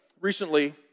recently